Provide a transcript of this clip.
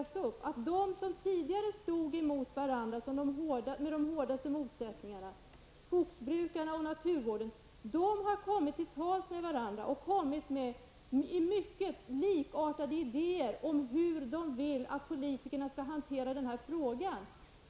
Skogsbrukarna och naturvårdsintressena, som tidigare stått emot varandra i de hårdaste motsättningar, har nu kommit till tals med varandra och framfört likartade idéer om hur politikerna bör hantera denna fråga.